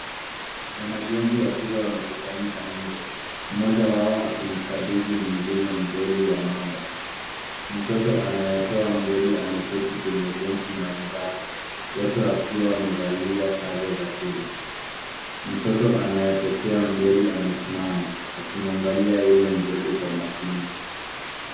Wanagenzi wa shule wamekusanyika nje. Mmoja wao akimkabidhi mwingine mdoli wa mamba. Mtoto anayetoa mdoli ameketi kwenye benchi na wenzake, wote wakiwa wamevalia sare za shule. Mtoto anayepokea mdoli amesimama akimwangalia yule mdogo kwa makini.